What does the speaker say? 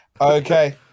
Okay